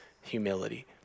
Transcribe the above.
humility